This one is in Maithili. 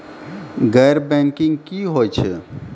गैर बैंकिंग की होय छै?